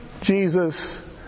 Jesus